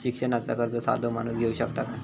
शिक्षणाचा कर्ज साधो माणूस घेऊ शकता काय?